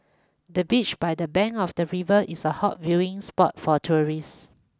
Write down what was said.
the beach by the bank of the river is a hot viewing spot for tourists